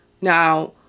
Now